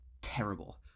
terrible